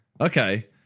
Okay